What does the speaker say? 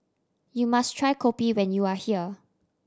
you must try kopi when you are here